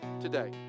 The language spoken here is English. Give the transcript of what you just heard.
today